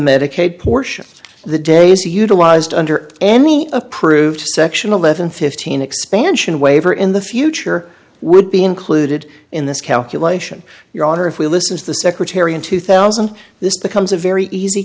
medicaid portion the days utilized under any approved sectionalism fifteen expansion waiver in the future would be included in this calculation your honor if we listen to the secretary in two thousand this becomes a very easy